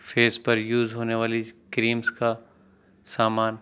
face پر use ہونے والی کریمس کا سامان